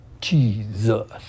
Jesus